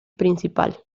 principal